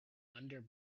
under